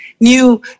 new